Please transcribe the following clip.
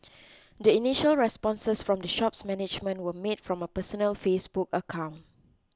the initial responses from the shop's management were made from a personal Facebook account